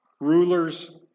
rulers